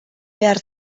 behar